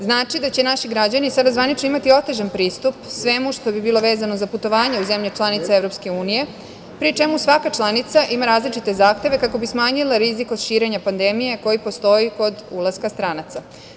Znači, da će naši građani sada zvanično imati otežan pristup svemu što bi bilo vezano za putovanja u zemlje članice EU, pri čemu svaka članica ima različite zahteve kako bi smanjila rizik od širenja pandemije koji postoji kod ulaska stranaca.